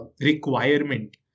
requirement